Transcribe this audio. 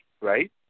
right